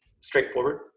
straightforward